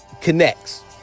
connects